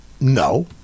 No